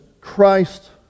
Christ